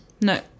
No